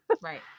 Right